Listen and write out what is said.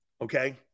okay